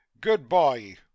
good-bye